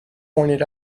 pointed